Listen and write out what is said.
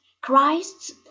Christ's